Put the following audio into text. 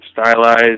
stylized